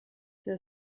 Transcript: der